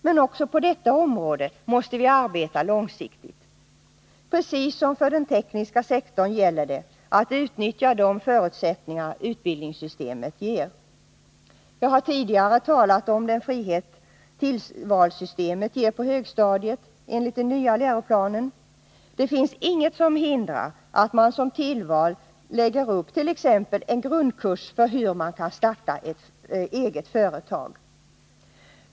Men också på detta område måste vi arbeta långsiktigt. Precis som för den tekniska sektorn gäller det att utnyttja de förutsättningar som utbildningssystemet ger. Jag har tidigare talat om den frihet som tillvalssystemet ger på högstadiet enligt den nya läroplanen. Inget hindrar att det som tillval läggs in t.ex. en grundkurs för hur man kan starta ett eget företag.